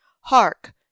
hark